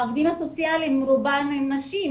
העובדים הסוציאליים רובן נשים,